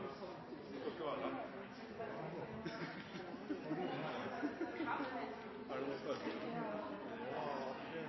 skal komme en